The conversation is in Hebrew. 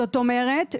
זאת אומרת,